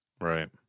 Right